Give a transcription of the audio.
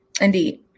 Indeed